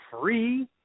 free